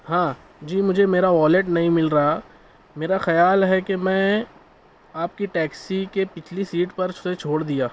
ہاں جی مجھے میرا والیٹ نہیں مل رہا میرا خیال ہے کہ میں آپ کی ٹیکسی کے پچھلی سیٹ پر اسے چھوڑ دیا